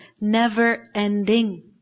never-ending